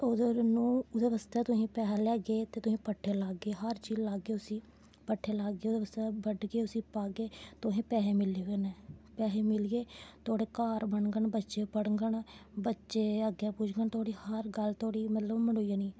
ओह्दे बास्ते तुस पैसे लेआगे ते तुस पट्ठे लागे हर चीज लाग्गे तुस उस्सी पट्ठे लागे बड्डगे उस्सी तुसेंगी पैसे मिलने कन्नै पैसे मिलगे तोआढ़े घर बनङन बच्चे पढ़ङन बच्चे अग्गें पुजङन तोआढ़ी हर गल्ल मतलब मनोई जानी ऐ